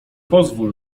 pozwól